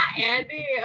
Andy